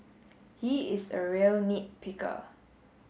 he is a real nit picker